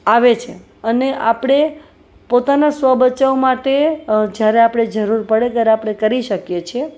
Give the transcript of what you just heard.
આવે છે અને આપણે પોતાના સ્વ બચાવ માટે જ્યાંરે આપડે જરૂર પડે ત્યારે આપણે કરી શકીયે છીયે